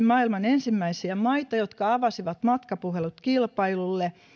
maailman ensimmäisiä maita jotka avasivat matkapuhelut kilpailulle